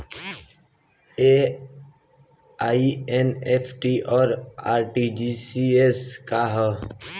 ई एन.ई.एफ.टी और आर.टी.जी.एस का ह?